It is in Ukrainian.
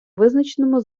визначеному